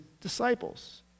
disciples